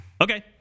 Okay